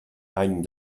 any